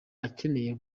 akeneye